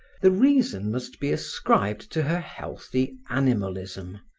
the reason must be ascribed to her healthy animalism,